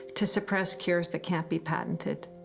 to supress cures, that can't be patented.